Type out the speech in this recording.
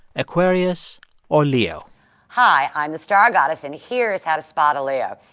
aquarius or leo hi. i'm the star goddess, and here's how to spot a leo.